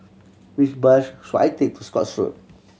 which bus should I take to Scotts Road